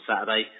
Saturday